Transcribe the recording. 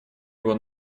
его